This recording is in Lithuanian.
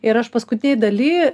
ir aš paskutinėj daly